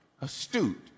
astute